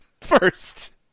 first